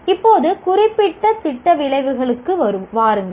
இப்போது குறிப்பிட்ட திட்ட விளைவுகளுக்கு வாருங்கள்